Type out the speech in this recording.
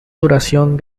duración